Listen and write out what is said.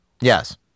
Yes